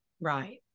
Right